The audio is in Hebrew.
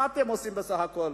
מה אתם עושים בסך הכול?